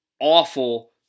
awful